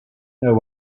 know